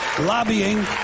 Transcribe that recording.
lobbying